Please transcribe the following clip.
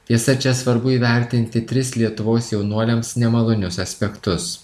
tiesa čia svarbu įvertinti tris lietuvos jaunuoliams nemalonius aspektus